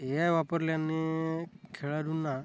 या वापरल्याने खेळाडूंना